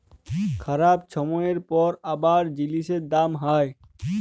খারাপ ছময়ের পর আবার জিলিসের দাম হ্যয়